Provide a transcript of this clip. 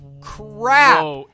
crap